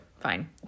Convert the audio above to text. fine